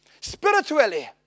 spiritually